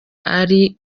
ari